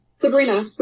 Sabrina